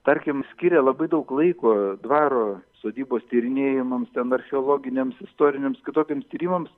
tarkim skiria labai daug laiko dvaro sodybos tyrinėjimams ten archeologiniams istoriniams kitokiems tyrimams